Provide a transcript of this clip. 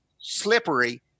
slippery